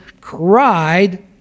cried